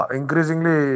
increasingly